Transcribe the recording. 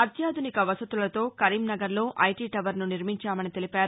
అత్యాధునిక వసతులతో కరీంనగర్లో ఐటీ టవర్ను నిర్మించామని తెలిపారు